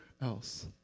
else